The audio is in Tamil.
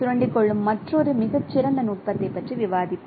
சுரண்டிக் கொள்ளும் மற்றொரு மிகச் சிறந்த நுட்பத்தைப் பற்றி விவாதிப்போம்